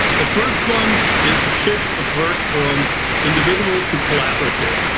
the first one is the shift of work from individual to collaborative.